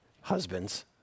Husbands